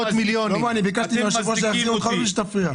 אני מציע לך שנקשיב לאן הולך הכסף ואז אולי אתה תסכים.